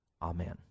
Amen